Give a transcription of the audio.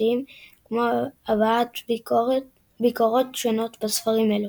ספרותיים – כמו הבעת ביקורות שונות בספרים אלו.